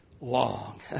long